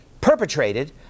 perpetrated